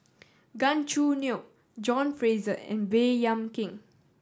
Gan Choo Neo John Fraser and Baey Yam Keng